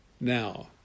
now